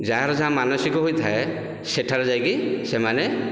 ଯାହାର ଯାହା ମାନସିକ ହୋଇଥାଏ ସେଠାରେ ଯାଇକି ସେମାନେ